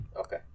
Okay